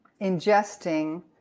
ingesting